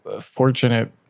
fortunate